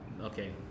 okay